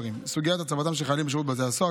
סוגיית הצבתם של חיילים בשירות בתי הסוהר,